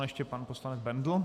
Ještě pan poslanec Bendl.